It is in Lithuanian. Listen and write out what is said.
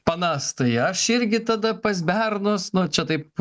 panas tai aš irgi tada pas bernus nu čia taip